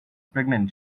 pregnant